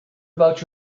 about